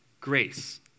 grace